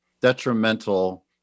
detrimental